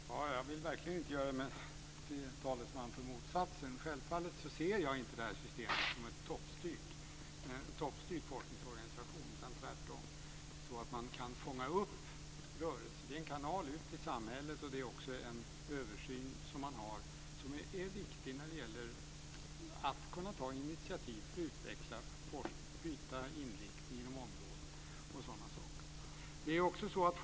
Fru talman! Jag vill verkligen inte göra mig till talesman för motsatsen. Jag ser självfallet inte det här systemet som en toppstyrd forskningsorganisation, utan tvärtom så att man kan fånga upp rörelser. Det är en kanal ut i samhället. Det är också en översyn som är viktig för att kunna ta initiativ för att utveckla forskning och byta inriktning på olika områden.